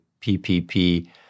PPP